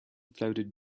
floated